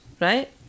right